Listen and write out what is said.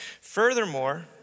Furthermore